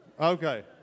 Okay